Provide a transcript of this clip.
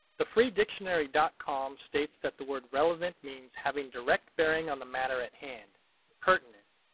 the free dictionary dot com states that the word relevant means having direct bearing on the matter in hand pertinent.